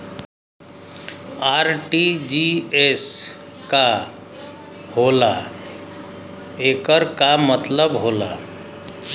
RTGS का होला एकर का मतलब होला?